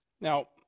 Now